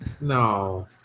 no